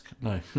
no